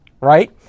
right